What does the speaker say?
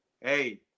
hey